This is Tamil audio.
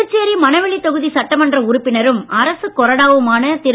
புதுச்சேரி மணவெளி தொகுதி சட்டமன்ற உறுப்பினரும் அரசுக் கொறடாவுமான திரு